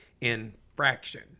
infraction